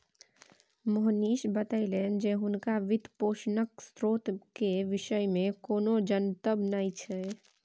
मोहनीश बतेलनि जे हुनका वित्तपोषणक स्रोत केर विषयमे कोनो जनतब नहि छै